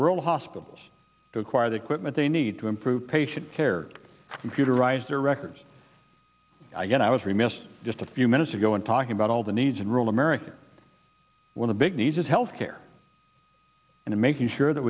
rural hospitals to acquire the equipment they need to improve patient care computerized their records again i was remiss just a few minutes ago in talking about all the needs of rural america when the big needs of health care and making sure that